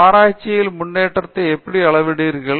ஆராய்ச்சியில் முன்னேற்றத்தை எப்படி அளவிடுவீர்கள்